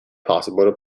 possible